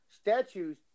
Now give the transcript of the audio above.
statues